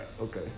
okay